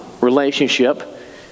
relationship